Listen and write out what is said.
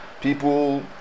people